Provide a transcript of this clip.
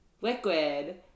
liquid